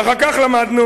ואחר כך למדנו,